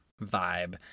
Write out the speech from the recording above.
vibe